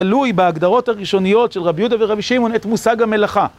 תלוי בהגדרות הראשוניות של רבי יהודה ורבי שמעון את מושג המלאכה